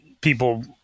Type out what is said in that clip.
people